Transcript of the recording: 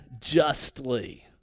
justly